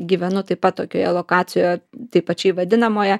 gyvenu taip pat tokioje lokacijoje tai pačiai vadinamoje